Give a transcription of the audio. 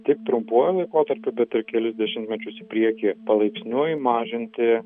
tik trumpuoju laikotarpiu bet ir kelis dešimtmečius į priekį palaipsniui mažinti